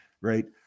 Right